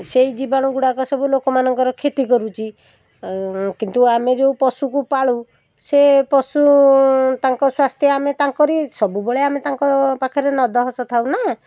ସେହି ଜୀବାଣୁ ଗୁଡ଼ାକ ସବୁ ଲୋକମାନଙ୍କର କ୍ଷତି କରୁଛି କିନ୍ତୁ ଆମେ ଯେଉଁ ପଶୁକୁ ପାଳୁ ସେ ପଶୁ ତାଙ୍କ ସ୍ୱାସ୍ଥ୍ୟ ଆମେ ତାଙ୍କରି ସବୁବେଳେ ଆମେ ତାଙ୍କ ପାଖରେ ନଦହସ ଥାଉ ନା